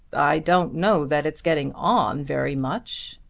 i don't know that it's getting on very much.